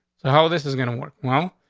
so how this is gonna work? well,